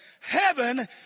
Heaven